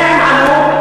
שניהם עלו.